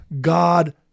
God